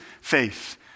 faith